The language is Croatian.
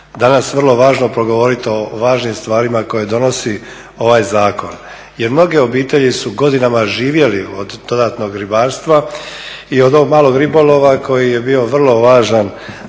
danas vrlo važno progovoriti o važnim stvarima koje donosi ovaj zakon jer mnoge obitelji su godinama živjele od dodatnog ribarstva i od ovog malog ribolova koji je bio vrlo važan